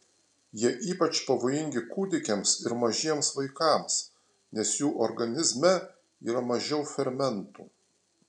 jie ypač pavojingi kūdikiams ir mažiems vaikams nes jų organizme yra mažiau fermentų